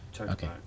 Okay